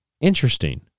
Interesting